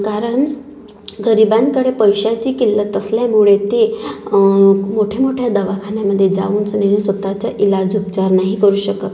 कारण गरिबांकडे पैशाची किल्लत असल्यामुळे ते मोठ्यामोठ्या दवाखान्यामधे जाऊनसनी स्वत चा इलाज उपचार नाही करू शकत